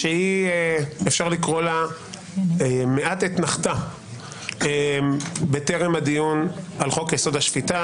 שאפשר לקרוא לה "מעט אתנחתא בטרם הדיון על חוק-יסוד: השפיטה".